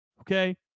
Okay